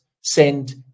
send